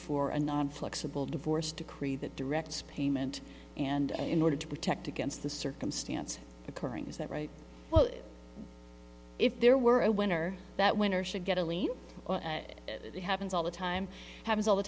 for a non flexible divorce decree that directs payment and in order to protect against the circumstance occurring is that right well if there were a winner that winner should get a lien it happens all the time happens all the